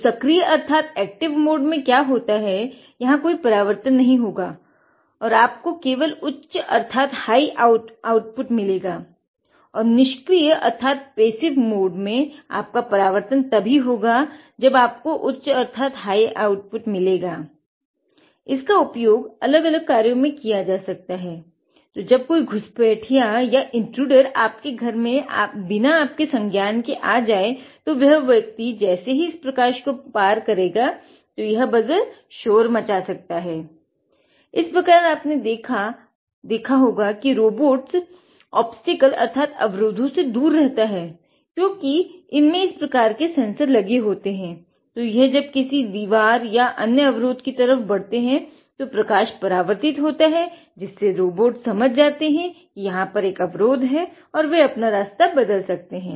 तो सक्रीय अर्थात एक्टिव मोड आपके घर में बिना आपके संज्ञान के आ जाये तो वह व्यक्ति जैसे ही इस प्रकाश को पार करेगा तो यह बज़र शोर मचा सकता है इसी प्रकार आपने देखा होगा कि रोबोट्स अवरोधों से दूर रहता हैं क्योकि इनमे इस प्रकार के सेंसर लगे होते हैं तो जब ये किसी दीवार या अन्य अवरोध' की तरफ बढ़ते हैं तो प्रकाश परावर्तित होता है और जिससे रोबोट्स समझ जाते हैं कि यहाँ पर एक अवरोध है और वे अपना रास्ता बदल सकते हैं